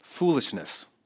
Foolishness